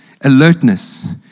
alertness